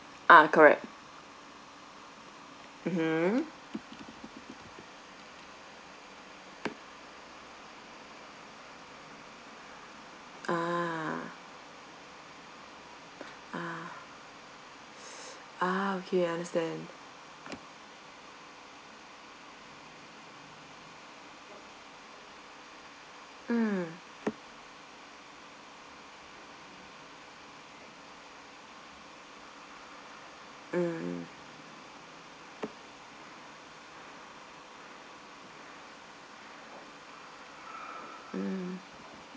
ah correct mmhmm ah ah ah okay understand mm mm mm